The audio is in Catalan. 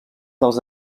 dels